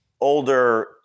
older